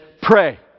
pray